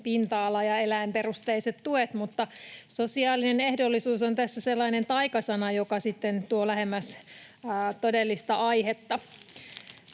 pinta-ala- ja eläinperusteiset tuet, mutta sosiaalinen ehdollisuus on tässä sellainen taikasana, joka tuo lähemmäs todellista aihetta.